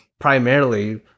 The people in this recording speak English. primarily